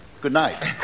Goodnight